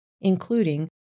including